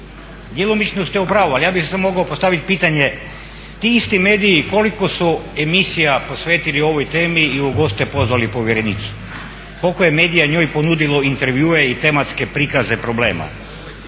djelomično ste u pravu, ali ja bih sad mogao postaviti pitanje ti isti mediji koliko su emisija posvetili ovoj temi i u goste pozvali povjerenicu? Koliko je medija njoj ponudilo intervjue i tematske prikaze problema?